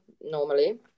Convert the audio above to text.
normally